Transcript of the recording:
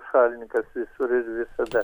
šalininkas visur ir visada